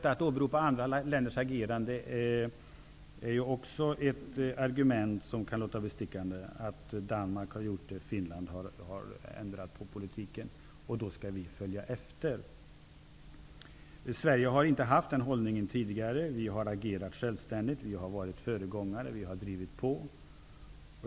Att åberopa andra länders agerande är också ett argument som kan låta bestickande. Danmark och Finland har ändrat på politiken, och då skall vi följa efter. Sverige har inte haft den hållningen tidigare. Vi har agerat självständigt, vi har varit föregångare och drivit på.